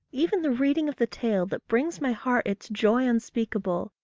even the reading of the tale that brings my heart its joy unspeakable,